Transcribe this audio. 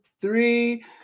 three